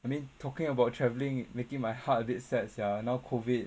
I mean talking about travelling making my heart a bit sad sia now COVID